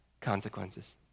consequences